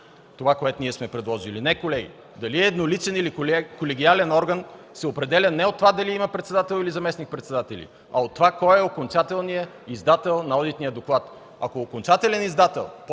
друга форма на едноличен орган. Не, колеги. Дали е едноличен или колегиален орган се определя не от това дали има председател или заместник–председатели, а кой е окончателният издател на одитния доклад. Ако е окончателен издател,